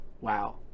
wow